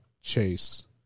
Chase